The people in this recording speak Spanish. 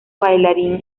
bailarín